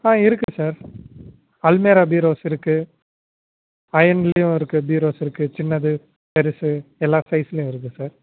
ஆ இருக்கு சார் அல்மேரா பீரோஸ் இருக்கு அயன்லேயும் இருக்கு பீரோஸ் இருக்கு சின்னது பெருசு எல்லா சைஸ்லேயும் இருக்கு சார்